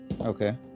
Okay